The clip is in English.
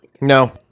No